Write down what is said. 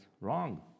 wrong